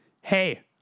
Hey